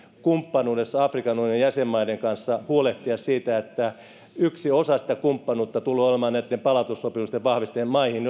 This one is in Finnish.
kumppanuudessa afrikan unionin jäsenmaiden kanssa huolehtia siitä että yksi osa sitä kumppanuutta tulee olemaan näitten palautussopimusten vahvistaminen maihin